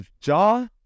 Jaw